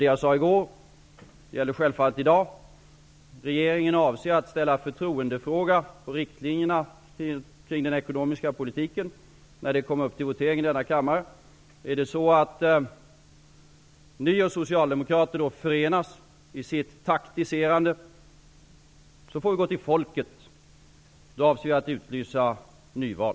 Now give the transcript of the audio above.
Det jag sade i går gäller självfallet också i dag. Regeringen avser att ställa förtroendefråga på riktlinjerna kring den ekonomiska politiken när ärendet kommer upp till votering i denna kammare. Är det så att Ny demokrati och Socialdemokraterna förenas i sitt ''taktiserande'', får vi gå till folket. Då avser jag att utlysa nyval.